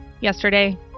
yesterday